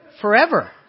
Forever